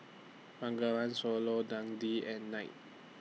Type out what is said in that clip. Bengawan Solo Dundee and Knight